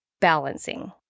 balancing